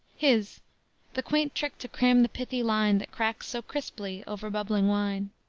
his the quaint trick to cram the pithy line that cracks so crisply over bubbling wine.